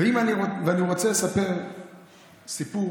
אני רוצה לספר סיפור